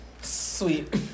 Sweet